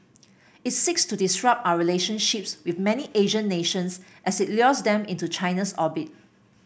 it seeks to disrupt our relationships with many Asian nations as it lures them into China's orbit